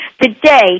Today